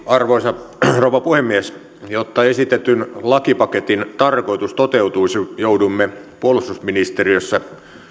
arvoisa rouva puhemies jotta esitetyn lakipaketin tarkoitus toteutuisi jouduimme puolustusministeriössä